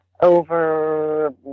over